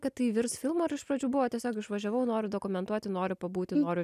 kad tai virs filmu ir iš pradžių buvo tiesiog išvažiavau noriu dokumentuoti noriu pabūti noriu